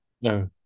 No